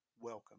welcome